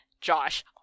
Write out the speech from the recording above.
Josh